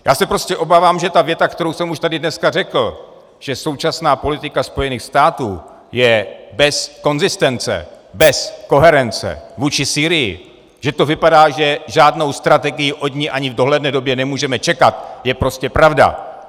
Já se prostě obávám, že ta věta, kterou jsem už tady dneska řekl, že současná politika Spojených států je bez konzistence, bez koherence vůči Sýrii, že to vypadá, že žádnou strategii od ní ani v dohledné době nemůžeme čekat, je prostě pravda.